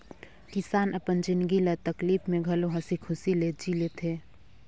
किसान अपन जिनगी ल तकलीप में घलो हंसी खुशी ले जि ले थें